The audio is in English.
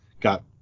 got